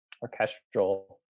Orchestral